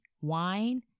wine